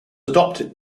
adopted